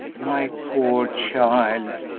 my poor child!